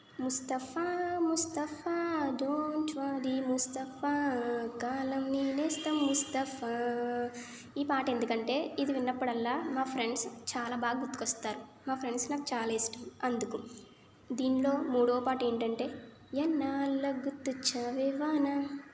Mustafa Mustafa don't worry Mustafa కాలం నీ నేస్తం ముస్తఫా ఈ పాట ఎందుకంటే ఇది విన్నప్పుడల్లా మా ఫ్రెండ్స్ చాలా బాగా గుర్తుకు వస్తారు మా ఫ్రెండ్స్ నాకు చాలా ఇష్టం అందుకు దీనిలో మూడవ పాట ఏమిటంటే ఎన్నాళ్ళకి గుర్తొచ్చావే వాన